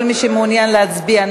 כל מי שמעוניין להצביע,